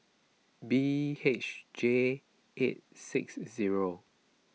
B H J eight six zero